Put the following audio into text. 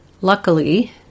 Luckily